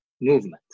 movement